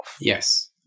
Yes